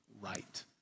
right